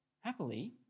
happily